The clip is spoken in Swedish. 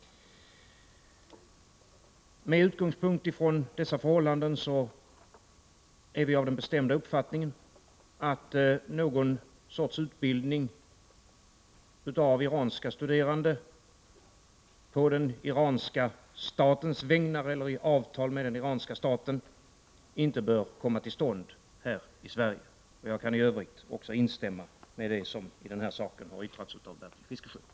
Med utgångspunkt i dessa förhållanden är vi av den bestämda uppfattningen att utbildning av iranska studerande på den iranska statens vägnar eller enligt avtal med den iranska staten inte bör komma till stånd här i Sverige. Jag kan i övrigt instämma i det som i detta ärende har yttrats av Bertil Fiskesjö.